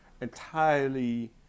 entirely